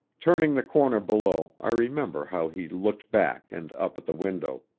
turning the corner below, i remember how he looked back and up at the window.